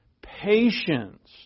patience